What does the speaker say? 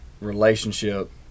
relationship